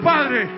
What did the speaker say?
Padre